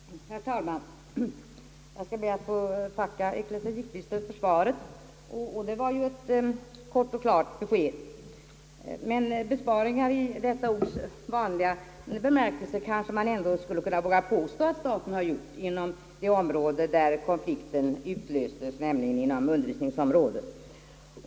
Herr talman! Jag skall be att få tacka ecklesiastikministern för svaret. Det var ju ett kort och klart besked. Besparingar »i detta ords vanliga bemärkelse» kanske man ändå skulle våga påstå att staten har gjort inom det område där konflikten utlöstes, nämligen undervisningsområdet.